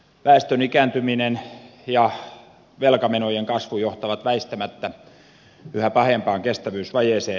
väestön ikääntyminen ja velkamenojen kasvu johtavat väistämättä yhä pahempaan kestävyysvajeeseen